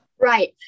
Right